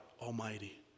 Almighty